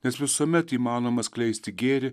nes visuomet įmanoma skleisti gėrį